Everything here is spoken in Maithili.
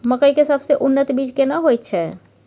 मकई के सबसे उन्नत बीज केना होयत छै?